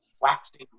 waxing